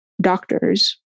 doctors